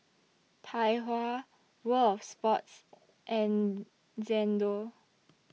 Tai Hua World of Sports and Xndo